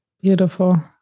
Beautiful